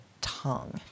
tongue